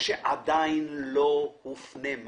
שעדיין לא הופנמה